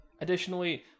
Additionally